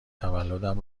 تولدم